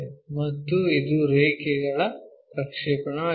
ಮತ್ತು ಇದು ರೇಖೆಗಳ ಪ್ರಕ್ಷೇಪಣವಾಗಿದೆ